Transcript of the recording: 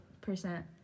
percent